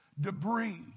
debris